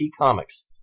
Comics